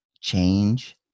change